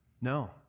No